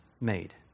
made